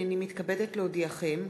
הנני מתכבדת להודיעכם,